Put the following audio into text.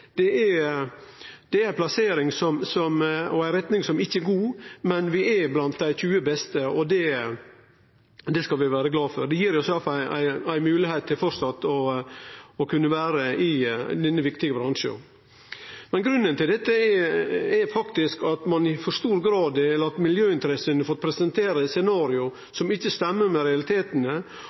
plassering. Det er ei retning som ikkje er god, men vi er blant dei 20 beste, og det skal vi vere glade for. Det gir oss iallfall ei moglegheit til framleis å kunne vere i denne viktige bransjen. Grunnen til dette er faktisk at ein i for stor grad har latt miljøinteressene fått presentere scenario som ikkje stemmer med